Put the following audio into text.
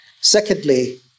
secondly